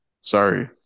Sorry